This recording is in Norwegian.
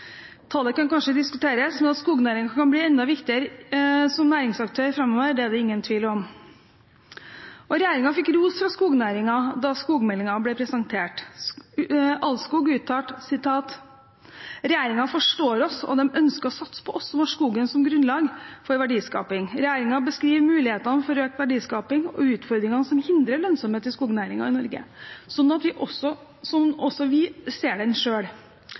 Tallet kan kanskje diskuteres, men at skognæringen kan bli enda viktigere som næringsaktør framover, er det ingen tvil om. Regjeringen fikk ros fra skognæringen da skogmeldingen ble presentert. Allskog uttalte: regjeringen forstår oss og de ønsker å satse på oss som har skogen som grunnlag for verdiskaping. Regjeringa beskriver mulighetene for økt verdiskaping og utfordringene som hindrer lønnsomhet i skognæringa i Norge, slik også vi